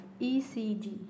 ECG